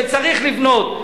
וצריך לבנות.